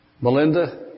Melinda